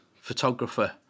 photographer